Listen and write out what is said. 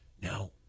Now